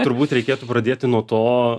turbūt reikėtų pradėti nuo to